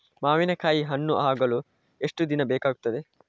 ಮಾವಿನಕಾಯಿ ಹಣ್ಣು ಆಗಲು ಎಷ್ಟು ದಿನ ಬೇಕಗ್ತಾದೆ?